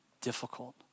difficult